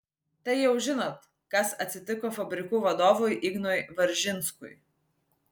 tai jau žinot kas atsitiko fabrikų vadovui ignui varžinskui